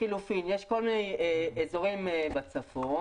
לחילופין יש כל מיני אזורים בצפון